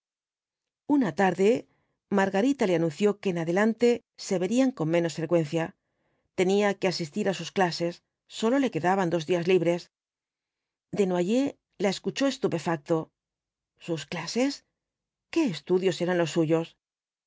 una tarde margarita le anunció que en adelante se verían con menos frecuencia tenía que asistir á sus clases sólo le quedaban dos días libres desnoyers la escuchó estupefacto sus clases qué estudios eran los suyos